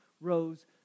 rose